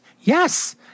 Yes